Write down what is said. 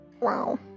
Wow